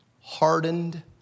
hardened